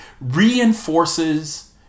reinforces